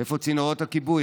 איפה צינורות הכיבוי?